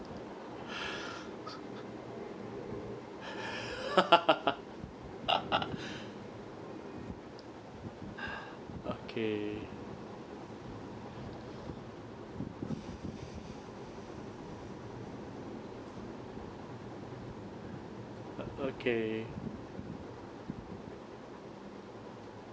ha okay okay